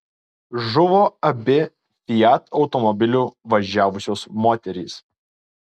žuvo abi fiat automobiliu važiavusios moterys